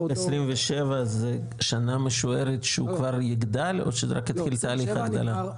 2027 זה שנה משוערת שהוא כבר יגדל או שזה רק יתחיל תהליך הגדלה?